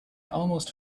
almost